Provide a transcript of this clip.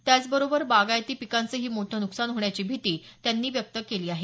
त्याचबरोबर बागायती पिकाचंही मोठं नुकसान होण्याची भिती त्यांनी व्यक्त केली आहे